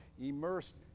immersed